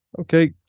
okay